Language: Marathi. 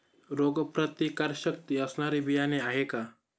रोगप्रतिकारशक्ती असणारी बियाणे आहे का?